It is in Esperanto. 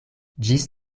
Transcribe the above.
ĝis